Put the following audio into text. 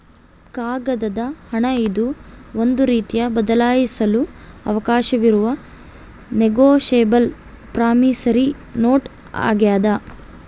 ಕಾಗದದ ಹಣ ಇದು ಒಂದು ರೀತಿಯ ಬದಲಾಯಿಸಲು ಅವಕಾಶವಿರುವ ನೆಗೋಶಬಲ್ ಪ್ರಾಮಿಸರಿ ನೋಟ್ ಆಗ್ಯಾದ